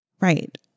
Right